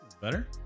better